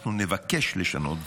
אנחנו נבקש לשנות,